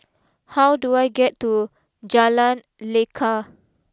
how do I get to Jalan Lekar